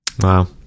Wow